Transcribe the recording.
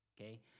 okay